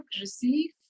receive